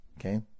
Okay